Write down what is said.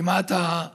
המליאה כמעט ריקה.